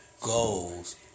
goals